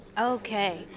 okay